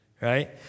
right